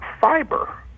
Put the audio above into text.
fiber